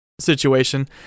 situation